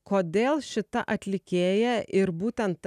kodėl šita atlikėja ir būtent